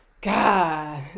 god